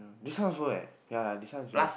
this one also eh ya this one also